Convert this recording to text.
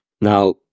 Now